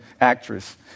actress